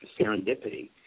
serendipity